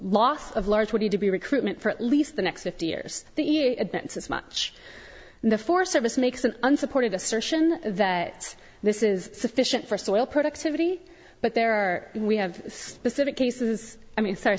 loss of large would need to be recruitment for at least the next fifty years since much the forest service makes an unsupported assertion that this is sufficient for soil productivity but there we have specific cases i mean sorry